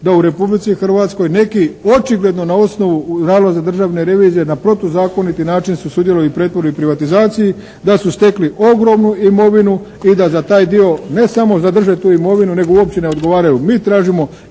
da u Republici Hrvatskoj neki očigledno na osnovu nalaza državne revizije na protuzakoniti način su sudjelovali u pretvorbi i privatizaciji, da su stekli ogromnu imovinu i da za taj dio ne samo zadrže tu imovinu nego uopće ne odgovaraju. Mi tražimo